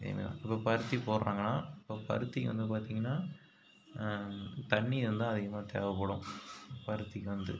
ஏன்னால் இப்போ பருத்தி போடுறாங்கன்னா இப்போ பருத்திக்கு வந்து பார்த்தீங்கன்னா தண்ணி வந்து தான் அதிகமாக தேவைப்படும் இந்த பருத்திக்கு வந்து